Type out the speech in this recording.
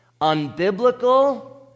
unbiblical